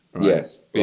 Yes